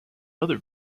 other